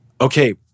Okay